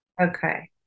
Okay